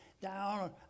down